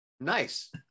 Nice